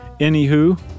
Anywho